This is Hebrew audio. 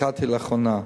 נקטתי לאחרונה,